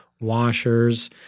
washers